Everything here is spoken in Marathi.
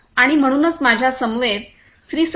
आणि म्हणूनच माझ्यासमवेत श्री